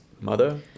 mother